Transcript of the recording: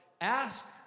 ask